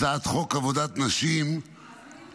הצעת חוק עבודת נשים (תיקון,